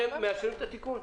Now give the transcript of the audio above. אתם מאשרים את התיקון?